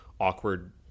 awkward